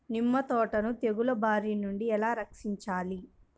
నిమ్మ తోటను తెగులు బారి నుండి ఎలా రక్షించాలి?